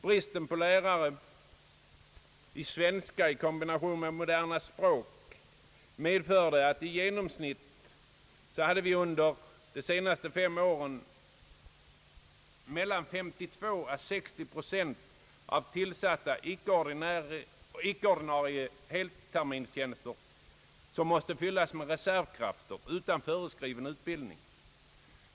Bristen på lärare i svenska i kombination med moderna språk medförde att under de senaste fem åren i genomsnitt mellan 52 och 60 procent av tillsatta icke-ordinarie helterminstjänster måste fyllas med reservkrafter utan föreskriven utbildning.